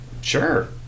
Sure